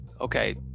Okay